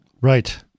right